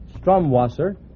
Strumwasser